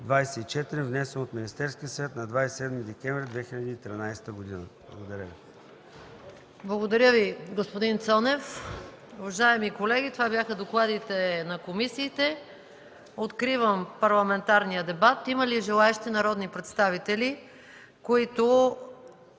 внесен от Министерския съвет на 27 декември 2013 г.” Благодаря Ви. ПРЕДСЕДАТЕЛ МАЯ МАНОЛОВА: Благодаря Ви, господин Цонев. Уважаеми колеги, това бяха докладите на комисиите. Откривам парламентарния дебат. Има ли желаещи народни представители, които